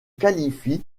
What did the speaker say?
qualifie